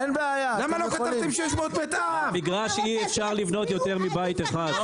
--- על מגרש אי אפשר לבנות יותר מבית אחד,